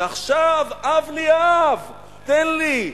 ועכשיו: הב לי הב, תן לי.